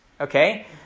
okay